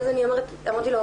ואז אני אמרתי לו,